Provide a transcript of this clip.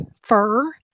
fur